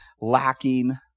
lacking